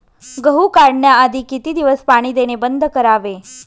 गहू काढण्याआधी किती दिवस पाणी देणे बंद करावे?